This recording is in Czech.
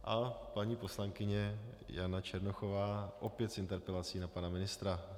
A paní poslankyně Jana Černochová, opět s interpelací na pana ministra.